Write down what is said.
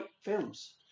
films